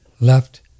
left